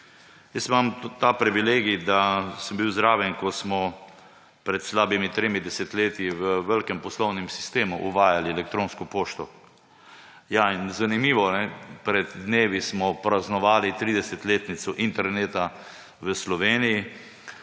Jaz imam ta privilegij, da sem bil zraven, ko smo pred slabimi tremi desetletji v velikem poslovnem sistemu uvajali elektronsko pošto. In zanimivo, pred dnevi smo praznovali tridesetletnico interneta v Sloveniji,